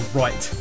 right